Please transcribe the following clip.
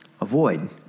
avoid